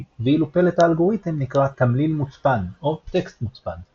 ואילו פלט האלגוריתם נקרא תמליל מצפן או טקסט מוצפן.